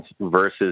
versus